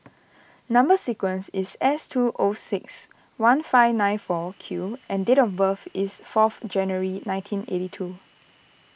Number Sequence is S two zero six one five nine four Q and date of birth is fourth January nineteen eighty two